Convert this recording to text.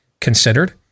considered